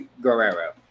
Guerrero